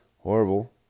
horrible